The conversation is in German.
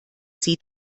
sie